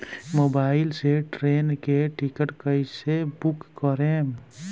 Mobile से train के ticket कैसे बूक करेम?